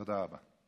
תודה רבה.